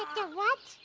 the what?